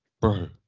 bro